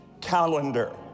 calendar